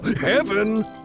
heaven